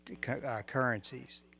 currencies